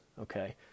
okay